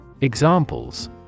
Examples